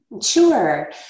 Sure